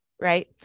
right